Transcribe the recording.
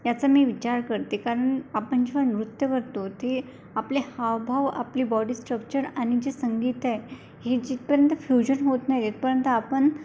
याचा मी विचार करते कारण आपण जेव्हा नृत्य करतो ते आपले हावभाव आपली बॉडी स्ट्रक्चर आणि जे संगीत आहे हे जिथपर्यंत फ्युजन होत नाही तिथपर्यंत आपण